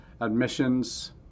admissions